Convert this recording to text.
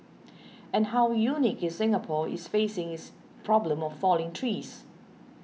and how unique is Singapore is facing is problem of falling trees